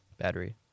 Battery